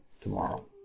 tomorrow